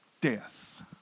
Death